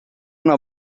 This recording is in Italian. una